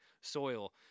soil